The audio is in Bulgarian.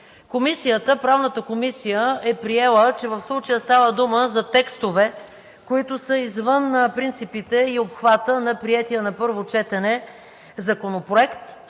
избори. Правната комисия е приела, че в случая става дума за текстове, които са извън принципите и обхвата на приетия на първо четене Законопроект,